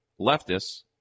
leftists